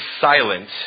silent